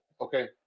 okay